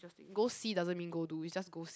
go see doesn't mean go do is just go see